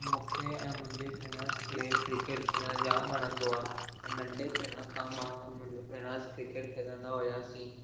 मूंखे ऐं मुंहिजे पिणंसु खे क्रिकेट खेॾण जाम वणंदो आहे ऐं नंढपिणु खां मां ऐं मुंहिंजो पिणंसु क्रिकेट खेॾंदा हुआसीं